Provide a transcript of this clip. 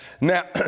Now